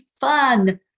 fun